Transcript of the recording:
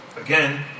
again